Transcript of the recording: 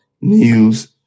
news